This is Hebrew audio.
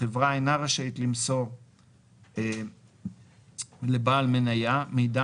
החברה אינה רשאית למסור לבעל מניה מידע